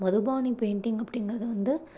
மதுபானிப் painting அப்படிங்கிறது வந்து